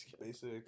basic